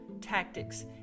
tactics